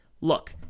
Look